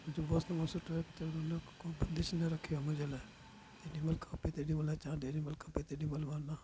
मुंहिंजो बॉस तमामु सुठो आहे हुते हुन जो को बंदिश न रखी आहे मुंहिंजे लाइ जेॾीमहिल खपे तेॾीमहिल अचा जेॾीमहिल खपे तेॾीमहिल वञा